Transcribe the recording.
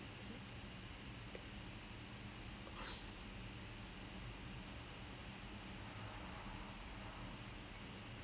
doing physiotherapy for me then அது போய் அது போய்:athu poi athu poi then அது ஒரு இரண்டு இரண்டிர மாசம் போய்:athu oru irandu irandira maasum poi then finally